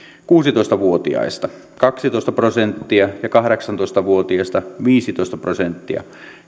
kuusitoista vuotiaista kaksitoista prosenttia ja kahdeksantoista vuotiaista viisitoista prosenttia